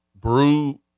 Brew